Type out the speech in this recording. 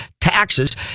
taxes